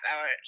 hours